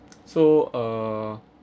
so err